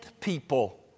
people